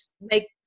make